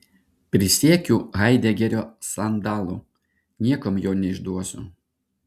prisiekiu haidegerio sandalu niekam jo neišduosiu